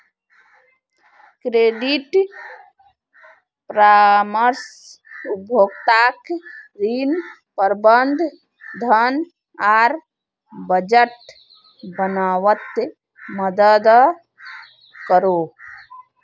credit परामर्श उपभोक्ताक ऋण, प्रबंधन, धन आर बजट बनवात मदद करोह